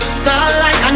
starlight